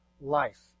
life